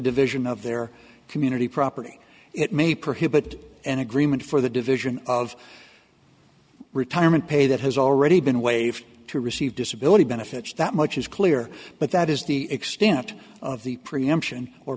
division of their community property it may prohibit an agreement for the division of retirement pay that has already been waived to receive disability benefits that much is clear but that is the extent of the preemption or